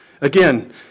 Again